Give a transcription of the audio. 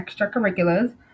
extracurriculars